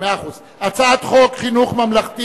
הצעת ועדת הכנסת